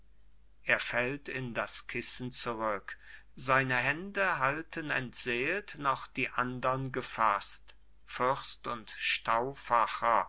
er fällt in das kissen zurück seine hände halten entseelt noch die andern gefasst fürst und